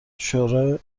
شوری